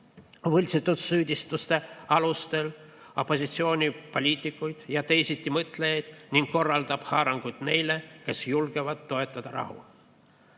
võltsitud süüdistuste alustel opositsioonipoliitikuid ja teisitimõtlejaid ning korraldab haarangut neile, kes julgevad toetada rahu.